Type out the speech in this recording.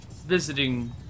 visiting